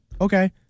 Okay